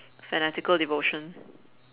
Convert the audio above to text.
fanatical devotion